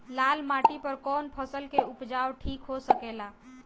लाल माटी पर कौन फसल के उपजाव ठीक हो सकेला?